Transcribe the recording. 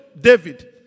David